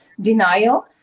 denial